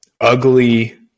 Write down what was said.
ugly